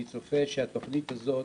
אני צופה שהתוכנית הזאת